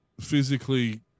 physically